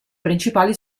principali